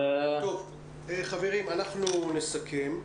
חברים, אנחנו נסכם.